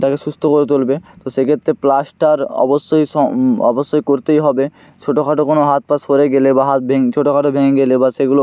তাকে সুস্থ করে তুলবে তো সে ক্ষেত্রে প্লাস্টার অবশ্যই অবশ্যই করতেই হবে ছোটো খাটো কোনো হাত পা ছড়ে গেলে বা হাত ছোটো খাটো ভেঙে গেলে বা সেগুলো